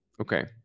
Okay